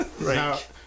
right